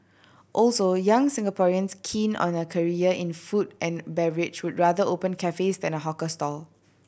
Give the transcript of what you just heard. also young Singaporeans keen on a career in food and beverage would rather open cafes than a hawker stall